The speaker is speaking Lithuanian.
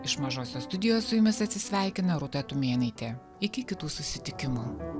iš mažosios studijos su jumis atsisveikina rūta tumėnaitė iki kitų susitikimų